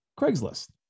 Craigslist